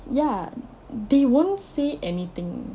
ya they won't say anything